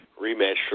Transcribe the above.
rematch